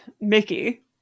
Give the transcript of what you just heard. Mickey